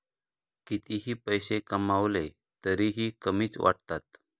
कितीही पैसे कमावले तरीही कमीच वाटतात